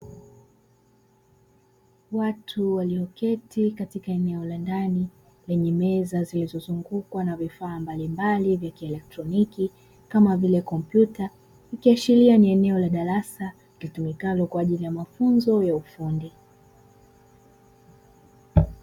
Watu walioketi katika eneo la ndani lenye meza zilizozungukwa na vifaa vya kieletroniki kama vile kompyuta, ikiashiria ni eneo la darasa litumikalo kwa ajili ya mafunzo ya ufundi.